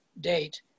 date